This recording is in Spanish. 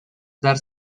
dar